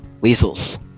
Weasels